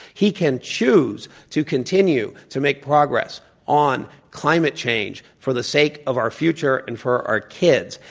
he can choose to continue to make progress on climate change for the sake of our future and for our kids.